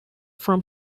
from